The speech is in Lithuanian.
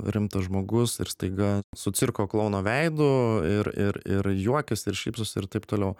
rimtas žmogus ir staiga su cirko klouno veidu ir ir ir juokias ir šypsosi ir taip toliau